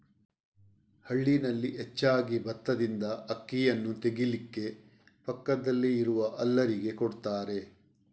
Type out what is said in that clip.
ಹಳ್ಳಿನಲ್ಲಿ ಹೆಚ್ಚಾಗಿ ಬತ್ತದಿಂದ ಅಕ್ಕಿಯನ್ನ ತೆಗೀಲಿಕ್ಕೆ ಪಕ್ಕದಲ್ಲಿ ಇರುವ ಹಲ್ಲರಿಗೆ ಕೊಡ್ತಾರೆ